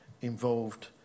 involved